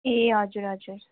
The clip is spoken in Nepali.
ए हजुर हजुर